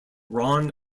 ron